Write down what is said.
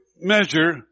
measure